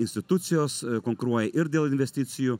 institucijos konkuruoja ir dėl investicijų